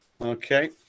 okay